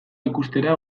ikustera